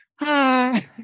Hi